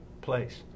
place